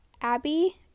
Abby